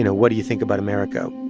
you know what do you think about america?